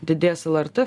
didės lrt